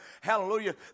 Hallelujah